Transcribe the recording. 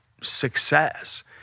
success